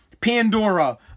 Pandora